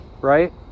right